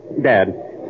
Dad